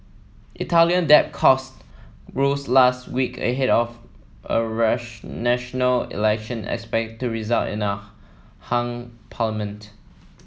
Italian debt costs rose last week ahead of a national election expected to result in a hung